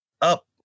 up